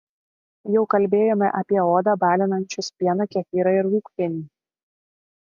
jau kalbėjome apie odą balinančius pieną kefyrą ir rūgpienį